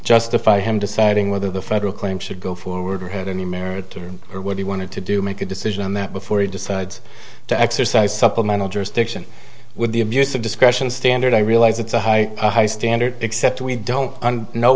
justify him deciding whether the federal claims should go forward or had any merit to what he wanted to do make a decision that before he decides to exercise supplemental jurisdiction with the abuse of discretion standard i realize it's a high high standard except we don't know